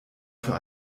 für